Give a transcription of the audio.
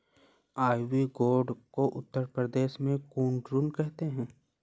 ivy gourd को उत्तर प्रदेश में कुद्रुन कहते हैं